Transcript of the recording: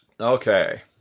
Okay